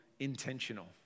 intentional